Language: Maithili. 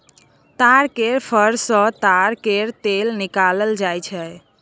ताड़ केर फर सँ ताड़ केर तेल निकालल जाई छै